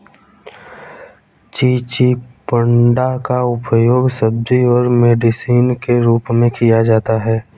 चिचिण्डा का उपयोग सब्जी और मेडिसिन के रूप में किया जाता है